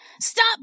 Stop